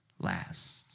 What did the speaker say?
last